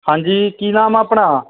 ਹਾਂਜੀ ਕੀ ਨਾਮ ਆ ਆਪਣਾ